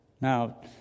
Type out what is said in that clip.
Now